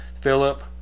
Philip